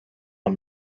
oma